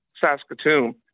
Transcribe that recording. Saskatoon